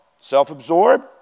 self-absorbed